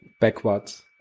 backwards